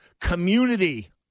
community